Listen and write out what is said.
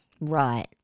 Right